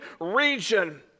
region